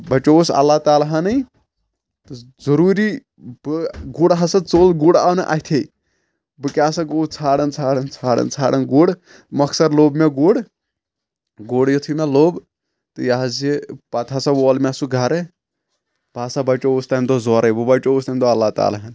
بہٕ بچووُس اللہ تعالیٰ ہنٕے تہٕ ضروٗری بہٕ گُر ہسا ژوٚل گُر آو نہِ اتھے بہٕ کیاہ سا گوٚوُس ژھانٛڈان ژھانٛڈان ژھانٛڈان ژھانٛڈن گُر مۄخصر لوٚب مےٚ گُر گُر یُتھٕے مےٚ لوٚب تہٕ یہِ حظ یہِ پتہٕ ہسا وول مےٚ سُہ گرٕ بہ ہسا بچووُس تمہِ دۄہ زورے بہٕ بچووُس تمہِ دۄہ اللہ تعالیٰ ہن